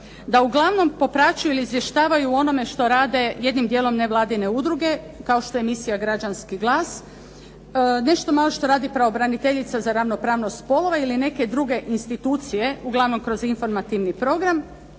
da uglavnom popraćuju ili izvještavaju o onome što rade jednim djelom nevladine udruge kao što je emisija "Građanski glas", nešto malo što radi pravobraniteljica za ravnopravnost spolova ili neke druge institucije uglavnom kroz informativni program